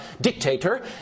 dictator